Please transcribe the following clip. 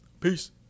Peace